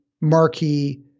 marquee